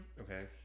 Okay